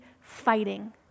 fighting